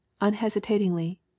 unhesitatingly